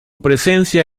presencia